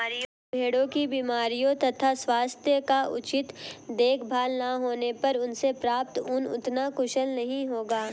भेड़ों की बीमारियों तथा स्वास्थ्य का उचित देखभाल न होने पर उनसे प्राप्त ऊन उतना कुशल नहीं होगा